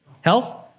Health